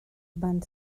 van